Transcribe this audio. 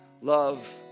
Love